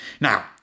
Now